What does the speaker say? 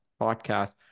podcast